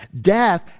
Death